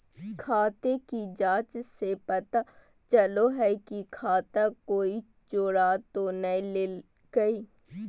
खाते की जाँच से पता चलो हइ की खाता कोई चोरा तो नय लेलकय